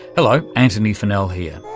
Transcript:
hello, antony funnell here.